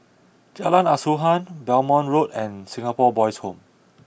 Jalan Asuhan Belmont Road and Singapore Boys' Home